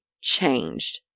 changed